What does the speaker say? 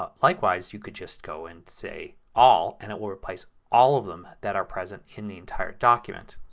ah likewise you could just go and say all and it will replace all of them that are present in the entire document.